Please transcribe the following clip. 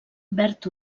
verd